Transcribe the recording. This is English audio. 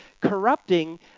corrupting